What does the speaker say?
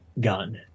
gun